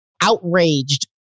outraged